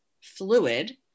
fluid